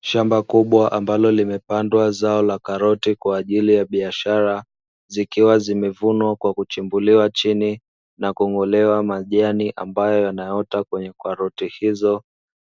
Shamba kubwa, ambalo limepandwa zao la karoti kwa ajili ya biashara, zikiwa zimevunwa kwa kuchimbuliwa chini na kung'olewa majani ambayo yanayoota kwenye karoti hizo,